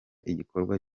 igikorwa